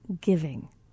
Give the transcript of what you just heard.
giving